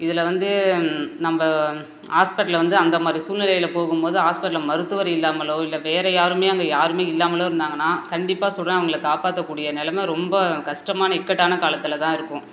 இதில் வந்து நம்ம ஹாஸ்பிட்டல்ல வந்து அந்த மாதிரி சூழ்நிலையில் போகும்போது ஹாஸ்பிட்டல மருத்துவர் இல்லாமலோ இல்லை வேறு யாருமே அங்கே யாருமே இல்லாமலும் இருந்தாங்கன்னா கண்டிப்பாக சொல்கிறேன் அவங்கள காப்பாற்றக்கூடிய நிலம ரொம்ப கஷ்டமான இக்கட்டான காலத்தில் தான் இருக்கும்